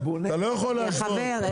אתה לא יכול להשוות.